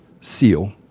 seal